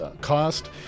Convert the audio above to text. cost